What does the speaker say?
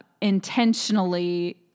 intentionally